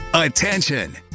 Attention